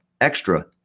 extra